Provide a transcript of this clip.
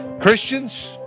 Christians